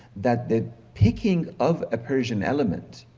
that the picking of a persian element